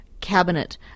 cabinet